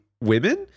women